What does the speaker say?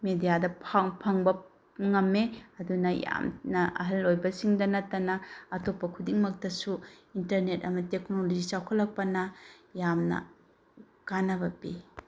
ꯃꯦꯗꯤꯌꯥꯗ ꯐꯪꯕ ꯉꯝꯃꯦ ꯑꯗꯨꯅ ꯌꯥꯝꯅ ꯑꯍꯜ ꯑꯣꯏꯕꯁꯤꯡꯗ ꯅꯠꯇꯅ ꯑꯇꯣꯞꯄ ꯈꯨꯗꯤꯡꯃꯛꯇꯁꯨ ꯏꯅꯇꯔꯅꯦꯠ ꯑꯃꯗꯤ ꯇꯦꯛꯅꯣꯂꯣꯖꯤ ꯆꯥꯎꯈꯠꯂꯛꯄꯅ ꯌꯥꯝꯅ ꯀꯥꯟꯅꯕ ꯄꯤ